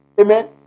Amen